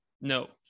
No